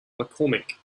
mccormick